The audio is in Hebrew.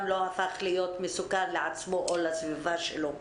לא הפך להיות מסוכן לעצמו או לסביבה שלו.